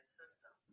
system